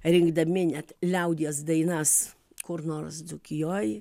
rinkdami net liaudies dainas kur nors dzūkijoj